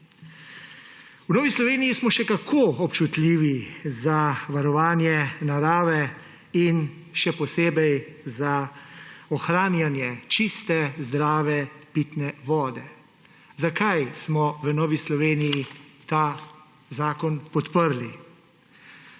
V Novi Sloveniji smo še kako občutljivi za varovanje narave in še posebej za ohranjanje čiste, zdrave pitne vode. Zakaj smo v Novi Sloveniji ta zakon podprli?